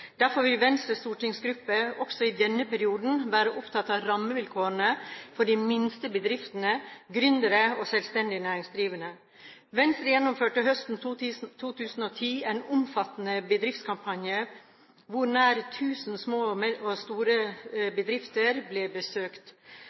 Derfor vil Venstres stortingsgruppe også i denne perioden være opptatt av rammevilkårene for de minste bedriftene, gründere og selvstendig næringsdrivende. Venstre gjennomførte høsten 2010 en omfattende bedriftskampanje hvor nær 1 000 små og store bedrifter ble besøkt.